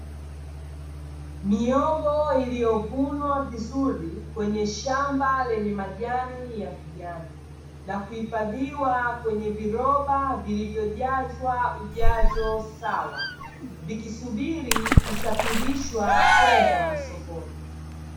Miogo iliyovunwa vizuri kwenye shamba lenye majani ya kijani na kuhifadhiwa kwenye viroba vilivyojazwa ujazo sawa vikisubiri kusafirishwa kwenda sokoni.